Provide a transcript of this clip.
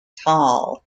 tall